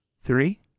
Three